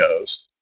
goes